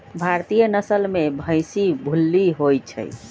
भारतीय नसल में भइशी भूल्ली होइ छइ